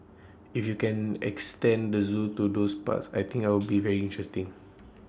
if you can extend the Zoo to those parts I think I'll be very interesting